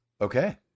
Okay